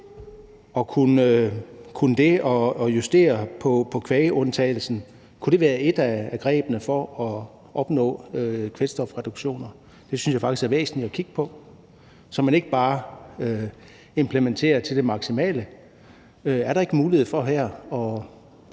kunne det at justere kvægundtagelsen være et af grebene for at opnå kvælstofreduktioner? Det synes jeg faktisk er væsentligt at kigge på, så man ikke bare implementerer til det maksimale. Er der ikke her mulighed for at